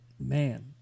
Man